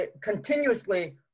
continuously